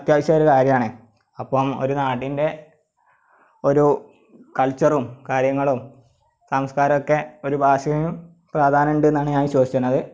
അത്യാവശ്യമായ ഒരു കാര്യമാണ് അപ്പം ഒരു നാടിൻ്റെ ഒരു കൾച്ചറും കാര്യങ്ങളും സാംസ്കാരവും ഒക്കെ ഒരു ഭാഷയിലും പ്രാധാന്യം ഉണ്ട് എന്നാണ് ഞാൻ വിശ്വസിക്കുന്നത്